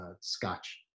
scotch